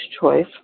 choice